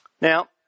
Now